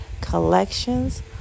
collections